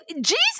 Jesus